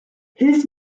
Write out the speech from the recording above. his